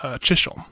Chisholm